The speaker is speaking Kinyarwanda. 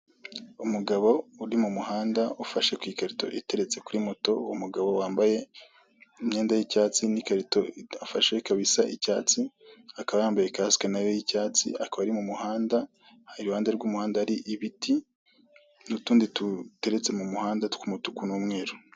Umugabo uri mu muhanda ufashe ku ikarito iteretse kuri moto, umugabo wambaye imyenda y'icyatsi n'ikarito afashe ikaba isa icyatsi, akaba yambaye kasike nayo y'icyatsi, akaba ari mu muhanda, aho iruhande rw'umuhanda hari ibiti n'utundi duteretse mu muhanda tw'umutuku n'umweru.